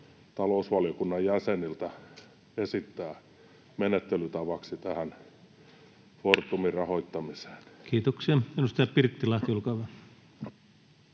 talousvaliokunnan jäseniltä esittää menettelytavaksi tähän Fortumin rahoittamiseen? Kiitoksia. — Edustaja Pirttilahti, olkaa